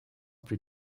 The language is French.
plus